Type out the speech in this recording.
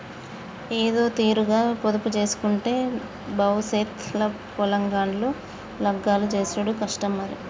ఏదోతీరుగ పొదుపుజేయకుంటే బవుసెత్ ల పొలగాండ్ల లగ్గాలు జేసుడు కష్టం మరి